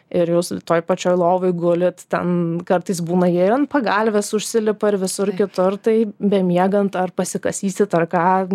ir jūs toj pačioj lovoj gulit ten kartais būna jie ir ant pagalvės užsilipa ir visur kitur tai bemiegant ar pasikasysit ar ką